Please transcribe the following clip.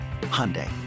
Hyundai